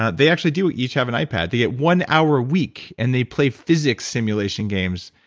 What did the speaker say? ah they actually do each have an ipad. the one hour a week, and they play physics simulation games,